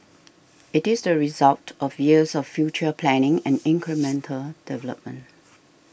it is the result of years of future planning and incremental development